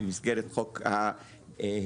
במסגרת חוק ההסדרים,